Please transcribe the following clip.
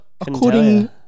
According